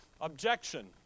objection